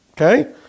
Okay